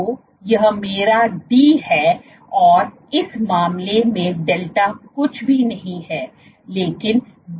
तो यह मेरा d है और उस मामले में डेल्टा कुछ भी नहीं है लेकिन d cosθ है